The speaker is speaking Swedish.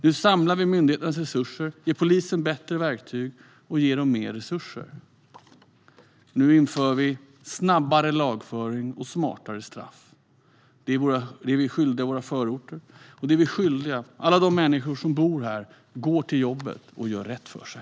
Nu samlar vi myndigheternas resurser, ger polisen bättre verktyg och ger dem mer resurser. Nu inför vi snabbare lagföring och smartare straff. Det är vi skyldiga våra förorter, och det är vi skyldiga alla de människor som bor där, går till jobbet och gör rätt för sig.